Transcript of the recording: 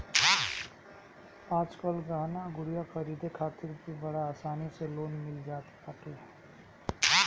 आजकल गहना गुरिया खरीदे खातिर भी बड़ा आसानी से लोन मिल जात बाटे